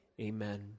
Amen